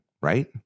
right